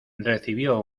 recibió